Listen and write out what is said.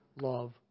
love